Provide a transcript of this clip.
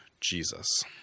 Jesus